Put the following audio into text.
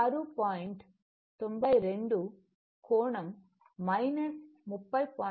92 కోణం 30